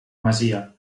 masia